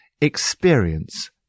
experience